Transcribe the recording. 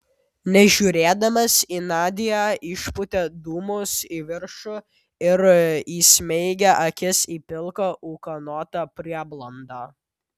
nežiūrėdamas į nadią išpūtė dūmus į viršų ir įsmeigė akis į pilką ūkanotą prieblandą